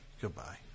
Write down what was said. Goodbye